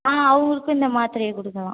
ஆ அவங்களுக்கும் இந்த மாத்திரைய குடுக்கலாம்